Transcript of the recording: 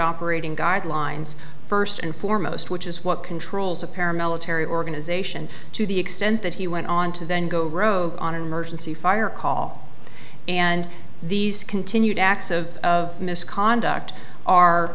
operating guidelines first and foremost which is what controls a paramilitary organization to the extent that he went on to then go rogue on an emergency fire call and these continued acts of of misconduct are